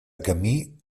camí